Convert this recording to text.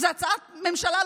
זאת הצעת ממשלה,